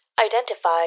Identify